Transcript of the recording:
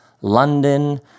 London